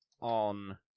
on